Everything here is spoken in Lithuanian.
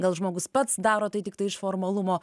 gal žmogus pats daro tai tiktai iš formalumo